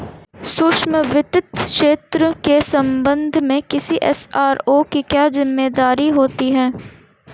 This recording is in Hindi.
सूक्ष्म वित्त क्षेत्र के संबंध में किसी एस.आर.ओ की क्या जिम्मेदारी होती है?